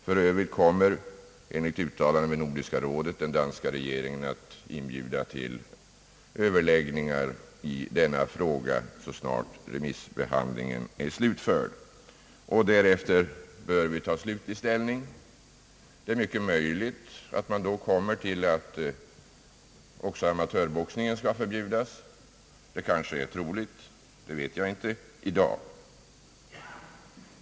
För övrigt kommer, enligt uttalanden vid Nordiska rådets session, den danska regeringen att inbjuda till överläggningar i frågan så snart remissbehandlingen är slutförd. Därefter bör vi ta slutlig ställning. Det är mycket möjligt att man då kommer till att även amatörboxningen skall förbjudas — kanske är detta sannolikt, det vet jag inte i dag.